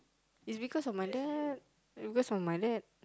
is because of my dad because of my dad